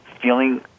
feeling